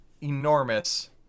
enormous